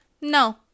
no